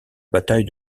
bataille